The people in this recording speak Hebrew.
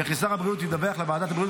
וכי שר הבריאות ידווח לוועדת הבריאות